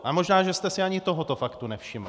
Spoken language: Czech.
Ale možná, že jste si ani tohoto faktu nevšiml.